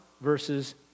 verses